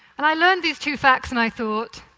and i learned these two facts, and i thought,